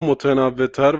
متنوعتر